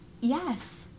Yes